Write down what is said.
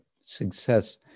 success